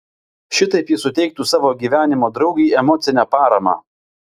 šitaip jis suteiktų savo gyvenimo draugei emocinę paramą